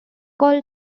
call